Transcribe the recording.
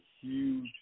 huge